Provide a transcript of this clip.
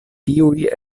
tiuj